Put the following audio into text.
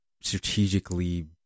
strategically